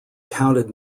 counted